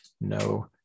no